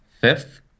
fifth